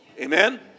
Amen